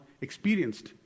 experienced